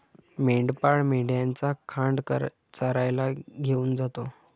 मेंढपाळ मेंढ्यांचा खांड चरायला घेऊन जातो